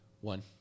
One